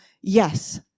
yes